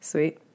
Sweet